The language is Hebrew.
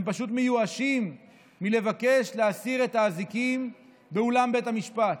הם פשוט מיואשים מלבקש להסיר את האזיקים באולם בית המשפט.